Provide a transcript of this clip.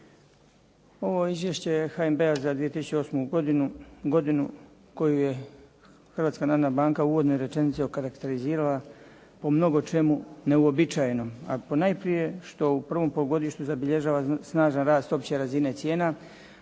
Ovo izvješće je HNB-a za 2008. godinu koju je Hrvatska navodna banka u uvodnoj rečenici okarakterizirala po mnogo čemu neuobičajenom, a ponajprije što u prvom polugodištu zabilježava snažan rast opće razine cijena